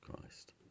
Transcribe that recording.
Christ